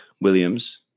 williams